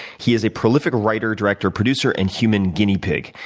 he is a prolific writer, director, producer, and human guinea pig.